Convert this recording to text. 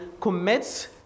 commits